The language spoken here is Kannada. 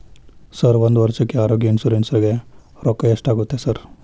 ಸರ್ ಒಂದು ವರ್ಷಕ್ಕೆ ಆರೋಗ್ಯ ಇನ್ಶೂರೆನ್ಸ್ ಗೇ ರೊಕ್ಕಾ ಎಷ್ಟಾಗುತ್ತೆ ಸರ್?